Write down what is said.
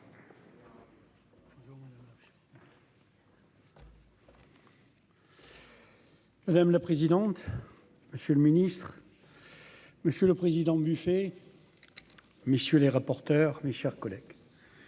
Madame la présidente, monsieur le ministre, monsieur le Président, buffet, messieurs les rapporteurs, mes chers collègues.